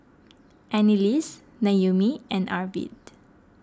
Anneliese Noemie and Arvid